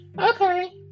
okay